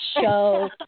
show